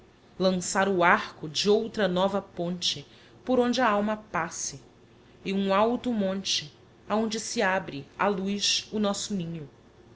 lançar o arco de outra nova ponte por onde a alma passe e um alto monte aonde se abre á luz o nosso ninho